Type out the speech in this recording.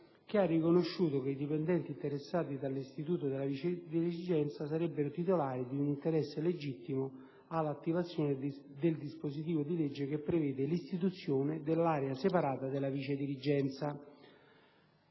che ha riconosciuto che i dipendenti interessati dall'istituto della dirigenza sarebbero titolari di un interesse legittimo all'attivazione del dispositivo di legge che prevede l'istituzione dell'area separata della vice dirigenza